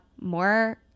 more